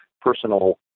personal